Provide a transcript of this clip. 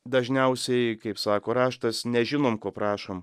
dažniausiai kaip sako raštas nežinom ko prašom